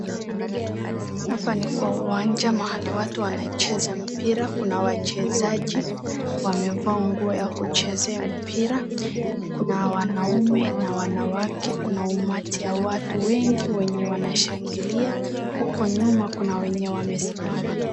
Hapa ni kwa uwanja mahali watu wanacheza mpira. Kuna wachezaji wamevaa nguo ya kuchezea mpira. Kuna wanaume na wanawake, kuna umati ya watu wengi wenye wanashangilia, uko nyuma kuna wenye wamesimama.